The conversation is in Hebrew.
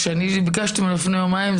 כי כשאני ביקשתי ממנו לפני יומיים,